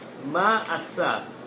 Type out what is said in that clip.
Ma'asa